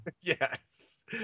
Yes